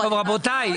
רבותיי.